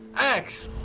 x.